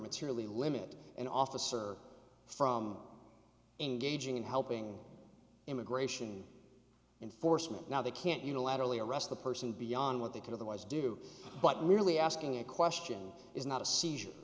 materially limit an officer from engaging in helping immigration enforcement now they can't unilaterally arrest the person beyond what they could otherwise do but merely asking a question is not a seizure